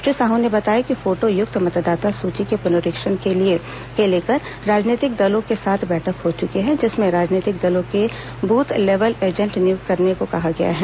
श्री साह ने बताया कि फोटोयुक्त मतदाता सुची के पुनरीक्षण को लेकर राजनीतिक दलों के साथ बैठक हो चुकी है जिसमें राजनीतिक दलों से बूथ लेवल एजेंट नियुक्त करने कहा गया है